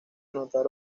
anotar